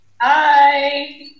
Hi